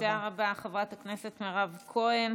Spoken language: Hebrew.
תודה רבה, חברת הכנסת מירב כהן.